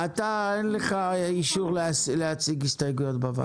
אתה, אין לך אישור להציג הסתייגויות בוועדה.